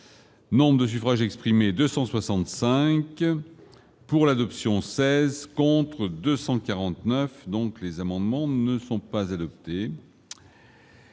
Nombre de suffrages exprimés 265 pour l'adoption 16 contre 249 donc les amendements ne sont pas adoptées.